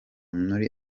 muri